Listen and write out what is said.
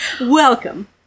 welcome